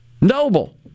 Noble